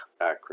acronym